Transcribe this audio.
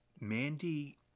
Mandy